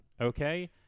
okay